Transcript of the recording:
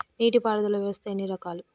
నీటి పారుదల వ్యవస్థ ఎన్ని రకాలు?